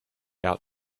out